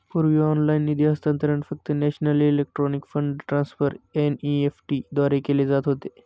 पूर्वी ऑनलाइन निधी हस्तांतरण फक्त national electronic fund transfer NEFT द्वारे केले जात होते